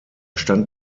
stand